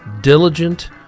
diligent